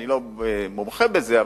אני לא מומחה בזה,